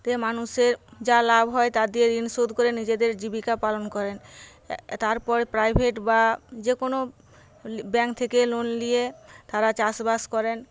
তে মানুষের যা লাভ হয় তা দিয়ে ঋণ শোধ করে নিজেদের জীবিকা পালন করেন তারপরে প্রাইভেট বা যে কোনো ব্যাংক থেকে লোন নিয়ে তারা চাষ বাস করেন